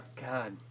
God